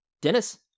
Dennis